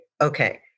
okay